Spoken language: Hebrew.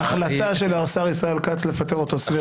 ההחלטה של ישראל השר כץ לפטרו סבירה?